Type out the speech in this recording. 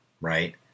right